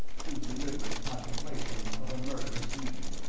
to deliberate contemplation of a murderous deed.